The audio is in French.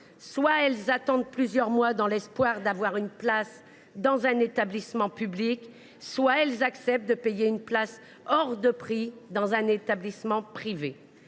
soit elles attendent plusieurs mois dans l’espoir d’avoir une place dans un établissement public, soit elles acceptent de payer une place hors de prix dans un établissement privé.